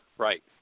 Right